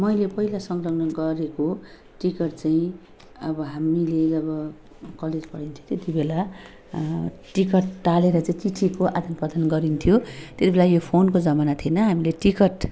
मैले पहिला सङ्कलन गरेको टिकट चाहिँ अब हामीले अब कलेज पढिन्थ्यो थियो त्यति बेला टिकट टालेर चाहिँ चिठीको आदान प्रदान गरिन्थ्यो त्यति बेला यो फोनको जमाना थिएन हामीले टिकट